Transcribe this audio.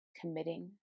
committing